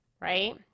right